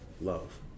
love